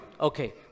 Okay